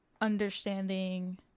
understanding